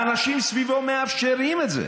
האנשים סביבו מאפשרים את זה.